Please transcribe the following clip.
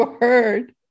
word